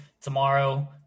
tomorrow